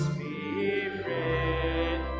Spirit